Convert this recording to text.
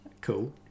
cool